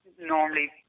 normally